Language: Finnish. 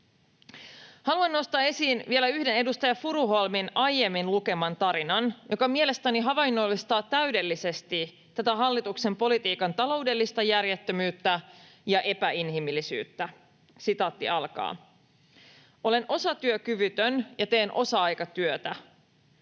Haluan nostaa esiin vielä yhden, edustaja Furuholmin aiemmin lukeman tarinan, joka mielestäni havainnollistaa täydellisesti tätä hallituksen politiikan taloudellista järjettömyyttä ja epäinhimillisyyttä: ”Olen osatyökyvytön ja teen osa-aikatyötä.